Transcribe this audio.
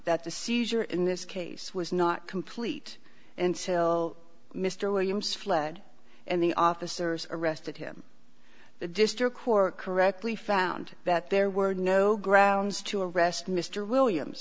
that the seizure in this case was not complete until mr williams fled and the officers arrested him the district court correctly found that there were no grounds to arrest mr williams